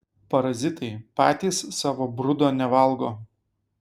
parazitai patys savo brudo nevalgo